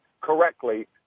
correctly